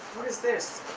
what is this?